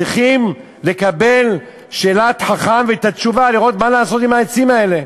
צריכים לשאול שאלת חכם ולקבל את התשובה ולראות מה לעשות עם העצים האלה.